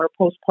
postpartum